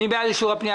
מי בעד אישור הפנייה?